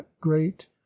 great